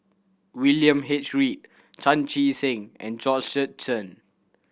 William H Read Chan Chee Seng and Georgette Chen